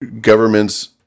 governments